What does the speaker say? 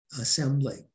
assembly